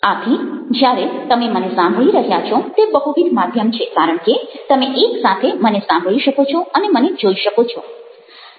આથી જ્યારે તમે મને સાંભળી રહ્યા છો તે બહુવિધ માધ્યમ છે કારણ કે તમે એકસાથે મને સાંભળી શકો છો અને મને જોઈ શકો છો